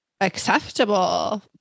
acceptable